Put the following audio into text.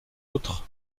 autres